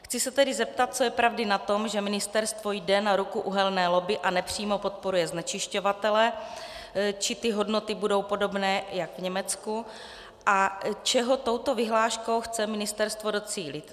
Chci se tedy zeptat, co je pravdy na tom, že ministerstvo jde na ruku uhelné lobby a nepřímo podporuje znečišťovatele, či ty hodnoty budou podobné jako v Německu a čeho touto vyhláškou chce ministerstvo docílit.